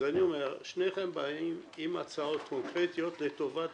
אז אני אומר: שניכם באים עם הצעות קונקרטיות לטובת